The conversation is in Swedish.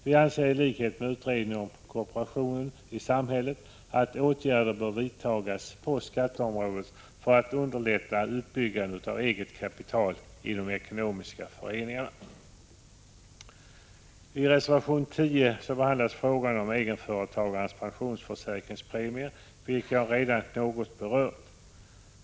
Vi anser i likhet med utredningen om kooperationen i samhället att åtgärder bör vidtas på skatteområdet för att underlätta uppbyggandet av eget kapital i ekonomiska föreningar. I reservation 10 behandlas frågan om egenföretagarnas pensionsförsäkringspremier, vilka jag redan något berört.